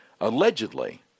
allegedly